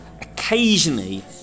occasionally